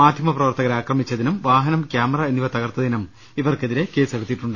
മാധ്യമപ്രവർത്തകരെ ആക്രമിച്ച തിനും വാഹനം ക്യാമറ എന്നിവ തകർത്തതിനും ഇവർക്കെതിരെ കേസെടുത്തിട്ടുണ്ട്